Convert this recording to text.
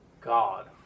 God